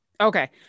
Okay